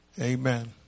Amen